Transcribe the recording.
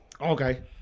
Okay